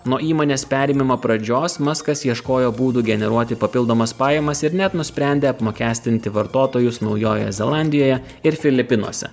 nuo įmonės perėmimo pradžios maskas ieškojo būdų generuoti papildomas pajamas ir net nusprendė apmokestinti vartotojus naujojoje zelandijoje ir filipinuose